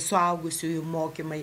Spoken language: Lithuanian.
suaugusiųjų mokymai